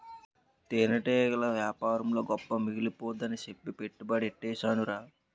తేనెటీగల యేపారంలో గొప్ప మిగిలిపోద్దని సెప్పి పెట్టుబడి యెట్టీసేనురా